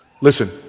Listen